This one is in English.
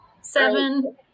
seven